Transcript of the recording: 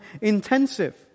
intensive